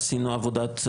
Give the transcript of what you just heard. עשינו עבודה,